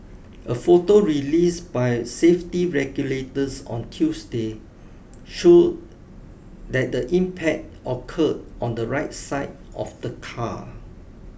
a photo released by safety regulators on Tuesday showed that the impact occurred on the right side of the car